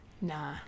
Nah